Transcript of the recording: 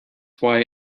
why